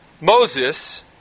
Moses